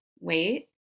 wait